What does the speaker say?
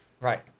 Right